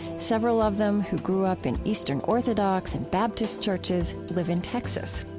several of them who grew up in eastern orthodox and baptist churches live in texas.